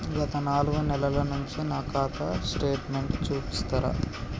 గత నాలుగు నెలల నుంచి నా ఖాతా స్టేట్మెంట్ చూపిస్తరా?